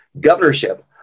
governorship